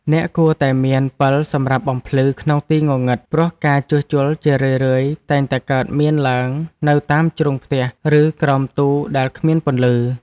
អ្នកគួរតែមានពិលសម្រាប់បំភ្លឺក្នុងទីងងឹត ព្រោះការជួសជុលជារឿយៗតែងតែកើតមានឡើងនៅតាមជ្រុងផ្ទះ ឬក្រោមទូដែលគ្មានពន្លឺ។